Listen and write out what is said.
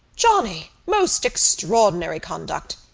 johnny! most extraordinary conduct!